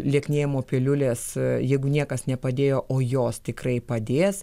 lieknėjimo piliulės jeigu niekas nepadėjo o jos tikrai padės